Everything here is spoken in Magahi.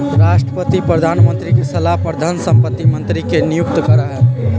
राष्ट्रपति प्रधानमंत्री के सलाह पर धन संपत्ति मंत्री के नियुक्त करा हई